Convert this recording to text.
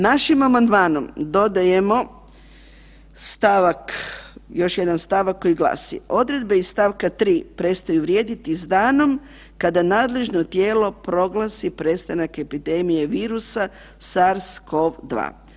Našim amandmanom dodajemo stavak, još jedan stavak koji glasi: "Odredbe iz stavka 3. prestaju vrijediti s danom kada nadležno tijelo proglasi prestanak epidemije virusa SARS-Cov-2"